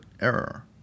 error